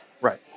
Right